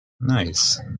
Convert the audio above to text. Nice